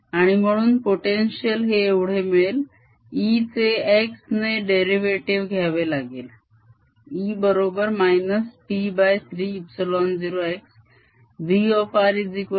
आणि म्हणून potential हे एवढे मिळेल E चे x ने derivative घ्यावे लागेल